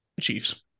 Chiefs